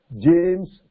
James